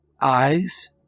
Eyes